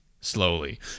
slowly